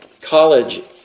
college